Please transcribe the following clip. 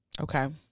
Okay